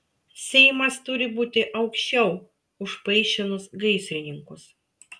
seimas turi būti aukščiau už paišinus gaisrininkus